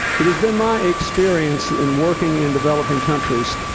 it has been my experience in working in developing countries